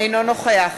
אינו נוכח